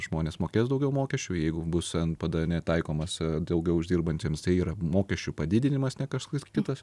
žmonės mokės daugiau mokesčių jeigu bus npd netaikomas daugiau uždirbantiems tai yra mokesčių padidinimas ne kažkoks kitas